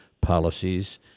policies